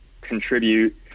contribute